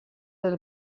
del